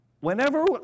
whenever